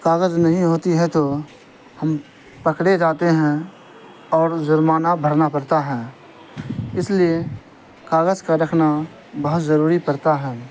کاغذ نہیں ہوتی ہے تو ہم پکڑے جاتے ہیں اور جرمانہ بھرنا پڑتا ہیں اس لیے کاغذ کا رکھنا بہت ضروری پڑتا ہیں